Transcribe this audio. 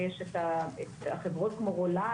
יש את החברות כמו רולאן,